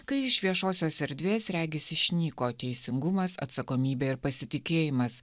kai iš viešosios erdvės regis išnyko teisingumas atsakomybė ir pasitikėjimas